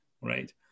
right